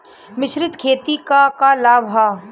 मिश्रित खेती क का लाभ ह?